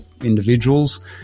individuals